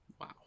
wow